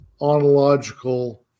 ontological